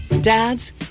Dads